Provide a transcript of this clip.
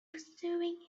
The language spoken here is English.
pursuing